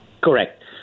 Correct